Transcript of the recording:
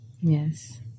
Yes